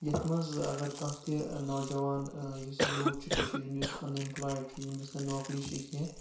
یَتھ منٛز اَگر کانٛہہ تہِ نوجوان یُس یوٗتھ چھُ کٔشیٖر ہُنٛد یُس اَن ایمپلایڈ چھُ ییٚمِس نہٕ نوکری چھ کیٚنٛہہ